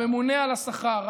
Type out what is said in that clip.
הממונה על השכר,